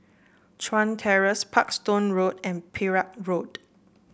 Chuan Terrace Parkstone Road and Perak Road